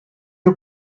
you